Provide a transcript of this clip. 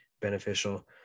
beneficial